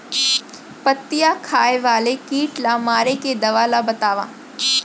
पत्तियां खाए वाले किट ला मारे के दवा ला बतावव?